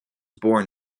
born